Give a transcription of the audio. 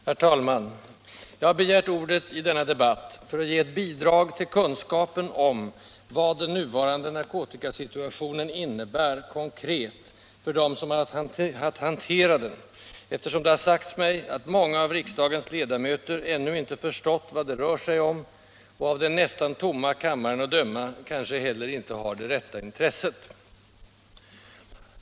Herr talman! Jag har begärt ordet i denna debatt för att ge ett bidrag til: kunskapen om vad den nuvarande narkotikasituationen innebär, konkret, för dem som har att hantera den, eftersom det har sagts mig att många av riksdagens ledamöter ännu inte förstått vad det rör sig om och — av den nästa tomma kammaren att döma — kanske heller inte har det rätta intresset.